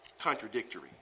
contradictory